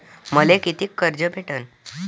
मले कितीक कर्ज भेटन?